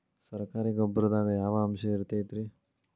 ಸರಕಾರಿ ಗೊಬ್ಬರದಾಗ ಯಾವ ಅಂಶ ಇರತೈತ್ರಿ?